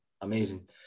Amazing